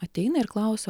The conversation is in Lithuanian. ateina ir klausia